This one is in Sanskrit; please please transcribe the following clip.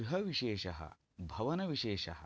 गृहविशेषः भवनविशेषः